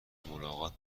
ملاقات